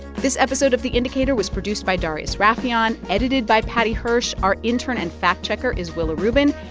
this episode of the indicator was produced by darius rafieyan, edited by paddy hirsch. our intern and fact-checker is willa rubin.